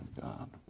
God